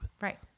Right